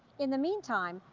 in the meantime,